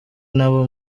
n’abo